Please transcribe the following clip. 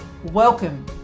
welcome